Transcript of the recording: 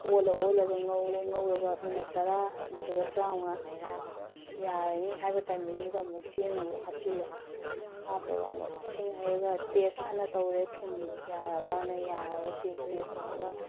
ꯑꯣꯜꯂ ꯑꯣꯜꯂꯒ ꯉꯧꯔꯦ ꯉꯧꯔꯒ ꯃꯤꯅꯠ ꯇꯔꯥ ꯅꯠꯇ꯭ꯔꯒ ꯇꯔꯥꯃꯉꯥ ꯌꯥꯔꯅꯤ ꯍꯥꯏꯕ ꯇꯥꯏꯃꯤꯡꯗꯨꯗ ꯑꯃꯨꯛ ꯆꯦꯡ ꯑꯃꯨꯛ ꯍꯥꯞꯆꯤꯜꯂꯦ ꯍꯥꯞꯄꯒ ꯑꯃꯨꯛ ꯏꯁꯤꯡ ꯍꯩꯔꯒ ꯇꯦꯁ ꯍꯥꯟꯅ ꯇꯧꯔꯦ ꯊꯨꯝ ꯌꯥꯔꯕꯅ ꯆꯦꯛ ꯇꯦꯁ ꯇꯧꯔꯒ